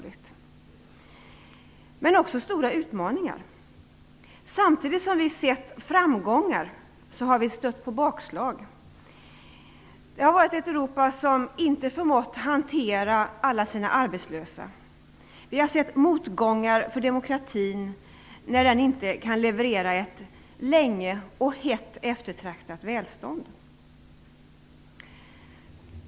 Men i det ligger också stora utmaningar. Samtidigt som vi har sett framgångar har vi stött på bakslag. Vi har sett ett Europa som inte förmått hantera alla sina arbetslösa. Vi har sett motgångar för demokratin när den inte kan leverera ett länge och hett eftertraktat välstånd.